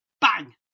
Bang